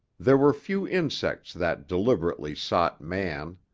there were few insects that deliberately sought man.